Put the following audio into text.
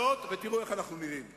יש מעל 12. אני לא אומר שצריך להגיע לשם,